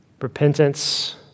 repentance